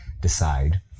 decide